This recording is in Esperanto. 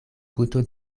guto